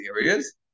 areas